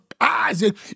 Isaac